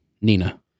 Nina